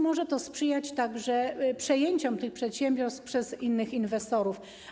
Może to sprzyjać przejęciom tych przedsiębiorstw przez innych inwestorów.